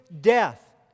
death